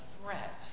threat